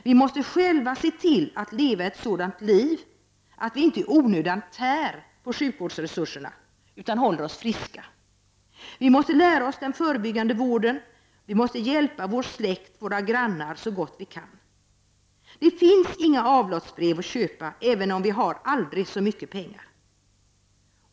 Vi måste själva se till att leva ett sådant liv att vi inte i onödan tär på sjukvårdsresurserna, utan håller oss friska. Vi måste lära oss den förebyggande vården, och vi måste hjälpa vår släkt och våra grannar så gott vi kan. Det finns inga avlatsbrev att köpa, även om vi har aldrig så mycket pengar.